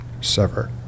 sever